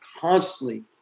constantly